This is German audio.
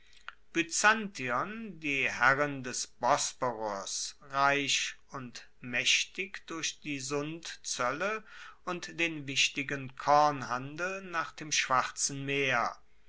byzantion die herrin des bosporos reich und maechtig durch die sundzoelle und den wichtigen kornhandel nach dem schwarzen meer